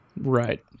Right